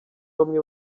bamwe